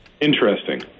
Interesting